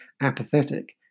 apathetic